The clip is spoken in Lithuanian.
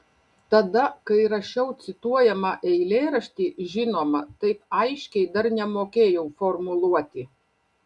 tada kai rašiau cituojamą eilėraštį žinoma taip aiškiai dar nemokėjau formuluoti